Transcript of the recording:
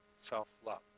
self-love